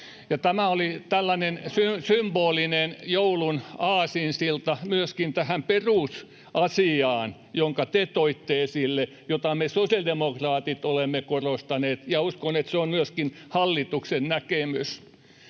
Tämä oli tällainen symbolinen joulun aasinsilta myöskin tähän perusasiaan, jonka te toitte esille ja jota me sosiaalidemokraatit olemme korostaneet, ja uskon, että se on myöskin hallituksen näkemys.